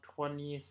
Twenty